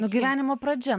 nu gyvenimo pradžia